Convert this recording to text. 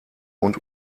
und